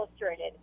Illustrated